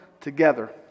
together